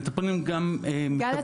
גל,